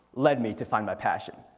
led me to find my passion.